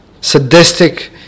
sadistic